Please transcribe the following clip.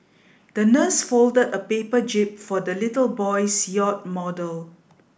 the nurse folded a paper jib for the little boy's yacht model